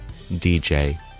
DJ